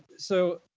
so,